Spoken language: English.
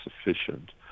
sufficient